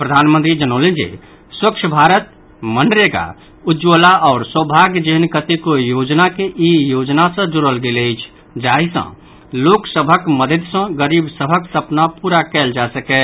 प्रधानमंत्री जनौलनि जे स्वच्छ भारत मनरेगा उज्ज्वला आओर शौभाग्य जेहेन कतेको योजना के ई योजना सँ जोड़ल गेल अछि जाहि सँ लोक सभक मददि सँ गरीब सभक सपना पूरा कयल जा सकय